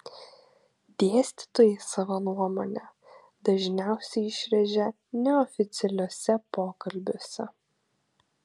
dėstytojai savo nuomonę dažniausiai išrėžia neoficialiuose pokalbiuose